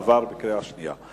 עבר בקריאה שנייה.